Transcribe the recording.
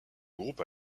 groupe